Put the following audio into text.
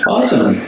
Awesome